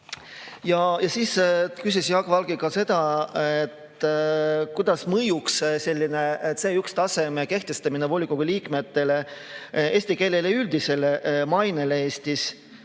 kui Eestis. Jaak Valge küsis, kuidas mõjuks selline C1-taseme kehtestamine volikogu liikmetele eesti keele üldisele mainele Eestis.